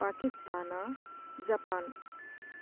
Pakistan Japan